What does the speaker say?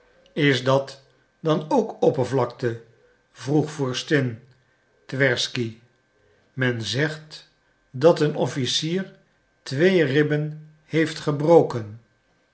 is dat dan ook oppervlakte vroeg vorstin twersky men zegt dat een officier twee ribben heeft gebroken